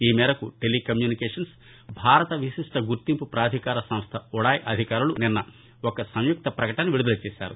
ఈ మేరకు టెలీకమ్యూనికేషన్ భారత విశిష్ట గుర్తింపు పాధికార సంస్ట ఉదాయ్ అధికారులు నిన్న ఒక సంయుక్త ప్రకటన విడుదల చేశారు